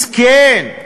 מסכן.